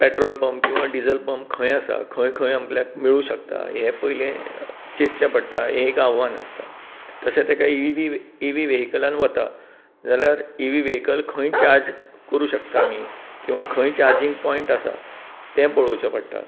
petrol pump किंवा diesel pump खंय आसा खंय खंय आपल्याक मेळू शकता हे पयले चितचे पडटा हे एक आव्हान आसता तशेंत एका इ वी वेही वेहीकलान वता जाल्यार इ वी वेहीकल खंय चार्ज करूं शकता आमी किंवा खंय चार्जींग पॉइन्ट आसा तें पळोवचे पडटा